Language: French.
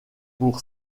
pour